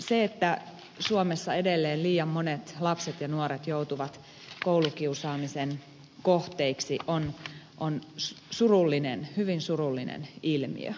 se että suomessa edelleen liian monet lapset ja nuoret joutuvat koulukiusaamisen kohteiksi on surullinen hyvin surullinen ilmiö